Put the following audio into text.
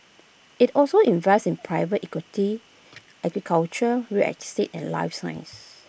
IT also invests in private equity agriculture real etic sit and life science